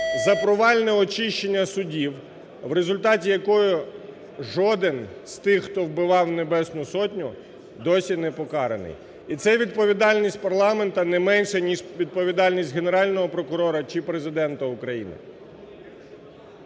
за провальне очищення судів, у результаті якої жоден з тих, хто вбивав Небесну Сотню, досі не покараний. І це відповідальність парламенту не менша ніж відповідальність Генерального прокурора чи Президента України.